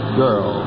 girl